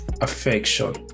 affection